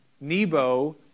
Nebo